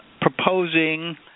proposing